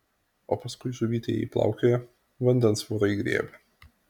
o paskui žuvytė jei plaukioja vandens vorai griebia